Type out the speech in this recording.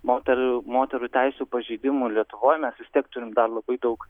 moterų moterų teisių pažeidimų lietuvoj mes vis tiek turim dar labai daug